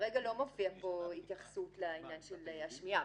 כרגע לא מופיעה פה התייחסות לעניין השמיעה,